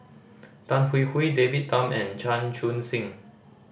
Tan Hwee Hwee David Tham and Chan Chun Sing